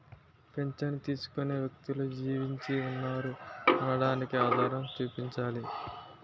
పింఛను తీసుకునే వ్యక్తులు జీవించి ఉన్నారు అనడానికి ఆధారం చూపించాలి